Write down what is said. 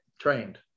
trained